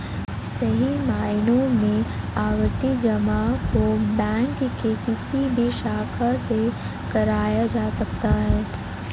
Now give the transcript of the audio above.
सही मायनों में आवर्ती जमा को बैंक के किसी भी शाखा से कराया जा सकता है